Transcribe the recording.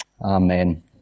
Amen